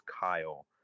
Kyle